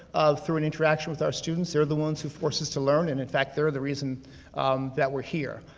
through an interaction with our students. they're the ones who force us to learn, and in fact they're the reason that we're here.